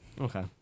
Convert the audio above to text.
Okay